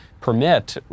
permit